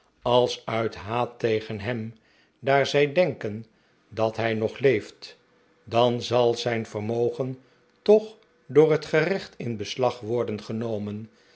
als uit haat tegen hem daar zij denken dat hij nog leeft dan zal zijn vermogen toch door het gerecht in beslag worden genomen